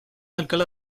alcalá